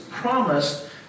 Promised